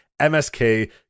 MSK